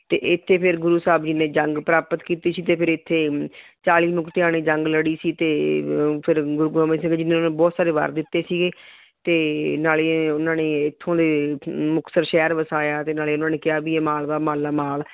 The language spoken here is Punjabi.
ਅਤੇ ਇੱਥੇ ਫਿਰ ਗੁਰੂ ਸਾਹਿਬ ਜੀ ਨੇ ਜੰਗ ਪ੍ਰਾਪਤ ਕੀਤੀ ਸੀ ਅਤੇ ਫਿਰ ਇੱਥੇ ਚਾਲੀ ਮੁਕਤਿਆਂ ਨੇ ਜੰਗ ਲੜੀ ਸੀ ਅਤੇ ਫਿਰ ਗੁਰੂ ਗੋਬਿੰਦ ਸਿੰਘ ਜੀ ਨੇ ਬਹੁਤ ਸਾਰੇ ਵਰ ਦਿੱਤੇ ਸੀਗੇ ਅਤੇ ਨਾਲ ਹੀ ਉਹਨਾਂ ਨੇ ਇੱਥੋਂ ਦੇ ਮੁਕਤਸਰ ਸ਼ਹਿਰ ਵਸਾਇਆ ਅਤੇ ਨਾਲ ਉਹਨਾਂ ਨੇ ਕਿਹਾ ਵੀ ਇਹ ਮਾਲਵਾ ਮਾਲਾ ਮਾਲ